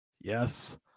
yes